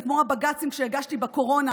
זה כמו הבג"צים שהגשתי בקורונה